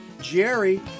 Jerry